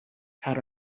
had